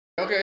okay